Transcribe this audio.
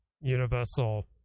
universal